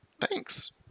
Thanks